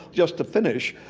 just to finish,